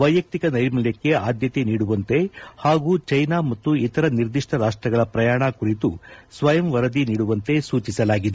ವೈಯಕ್ತಿಕ ನೈರ್ಮಲ್ಯಕ್ಷ ಆದ್ಯತೆ ನೀಡುವಂತೆ ಹಾಗೂ ಚೀನಾ ಮತ್ತು ಇತರ ನಿರ್ದಿಷ್ಟ ರಾಷ್ಟಗಳ ಪ್ರಯಣ ಕುರಿತು ಸ್ವಯಂ ವರದಿ ನೀಡುವಂತೆ ಸೂಚಿಸಲಾಗಿದೆ